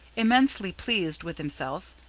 immensely pleased with himself,